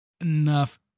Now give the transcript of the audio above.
enough